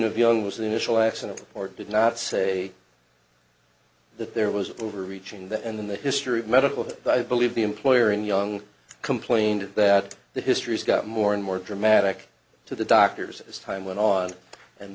of young was the initial accident or did not say that there was over reaching that in the history of medical but i believe the employer in young complained that the histories got more and more dramatic to the doctors as time went on and